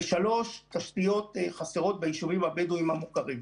3.תשתיות חסרות ביישובים הבדואיים המוכרים.